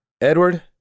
Edward